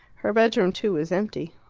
her bedroom, too, was empty.